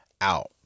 out